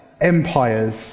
empires